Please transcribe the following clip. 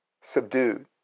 subdued